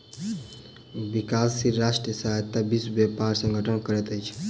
विकासशील राष्ट्रक सहायता विश्व व्यापार संगठन करैत अछि